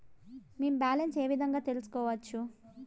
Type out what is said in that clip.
మేము బ్యాలెన్స్ ఏ విధంగా తెలుసుకోవచ్చు?